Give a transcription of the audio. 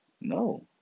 No